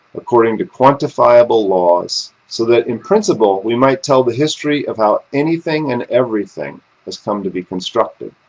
according to quantifiable laws, so that, in principle, we might tell the history of how anything and everything has come to be constructed.